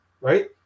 right